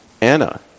Anna